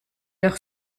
leur